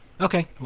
Okay